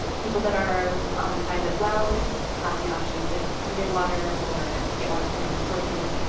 people that are on private wells have the option to have treated water or get water from other sources